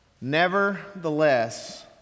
Nevertheless